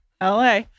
LA